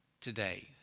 today